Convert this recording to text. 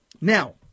Now